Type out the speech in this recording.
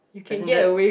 isn't that